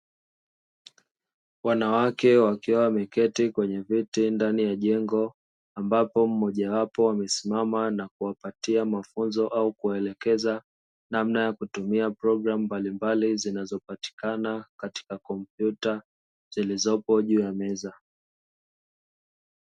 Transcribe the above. Wanawake wakiwa wameketi kwenye viti ndani ya jengo ambapo mmoja wapo amesimama na kuwapatia mafunzo au kuwaelekeza namna ya kutumia programu mbalimbali zinazopatikana katika kompyuta zilizopo juu ya meza.